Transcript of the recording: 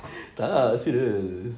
tak lah serious